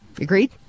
Agreed